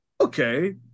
okay